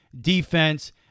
defense